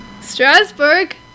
Strasbourg